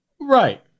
right